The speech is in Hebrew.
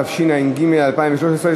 התשע"ג 2013,